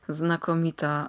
znakomita